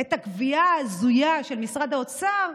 את הקביעה ההזויה של משרד האוצר,